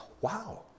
wow